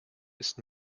ist